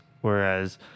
whereas